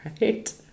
Right